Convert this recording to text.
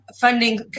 funding